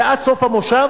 ועד סוף המושב,